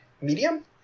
medium